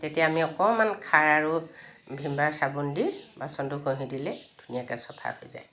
তেতিয়া আমি অকণমান খাৰ আৰু ভীম বাৰ চাবোন দি বাচনটো ঘঁহি দিলেই ধুনীয়াকৈ চফা হৈ যায়